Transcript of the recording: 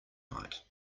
night